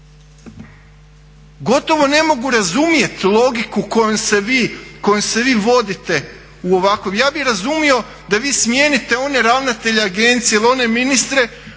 Gotovo ne mogu razumjet logiku kojom se vi vodite. Ja bih razumio da vi smijenite one ravnatelje agencija ili one ministre